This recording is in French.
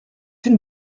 une